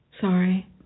Sorry